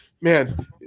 man